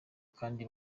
kandi